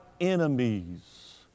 enemies